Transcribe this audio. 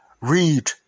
read